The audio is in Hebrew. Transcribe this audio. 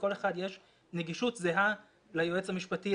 לכל אחד יש נגישות זהה ליועץ המשפטי,